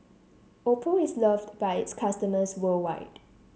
Oppo is loved by its customers worldwide